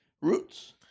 roots